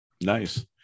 Nice